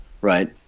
right